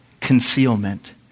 concealment